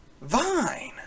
Vine